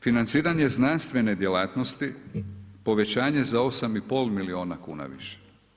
Financiranje znanstvene djelatnosti povećanje za 8 i pol milijuna kuna više.